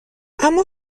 اما